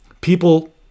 people